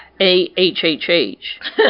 A-H-H-H